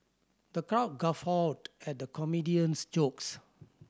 the crowd guffawed at the comedian's jokes